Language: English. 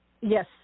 Yes